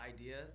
idea